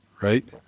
right